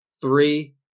Three